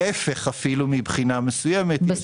אפילו להפך, מבחינה מסוימת.